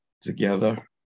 together